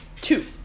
Two